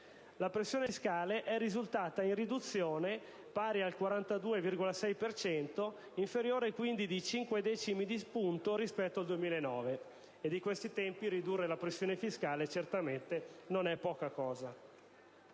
La pressione fiscale ha registrato una riduzione pari al 42,6 per cento, inferiore quindi di cinque decimi di punto rispetto al 2009 (di questi tempi ridurre la pressione fiscale certamente non è poca cosa).